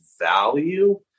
value